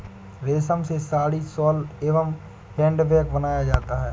रेश्म से साड़ी, शॉल एंव हैंड बैग बनाया जाता है